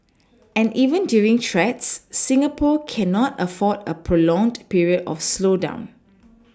and even during threats Singapore cannot afford a prolonged period of slowdown